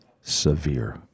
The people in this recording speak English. severe